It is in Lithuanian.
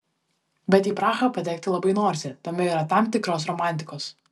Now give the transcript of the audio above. bet į prahą patekti labai norisi tame yra tam tikros romantikos